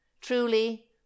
truly